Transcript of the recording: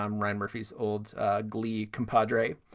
um ryan murphy's old glee compadre.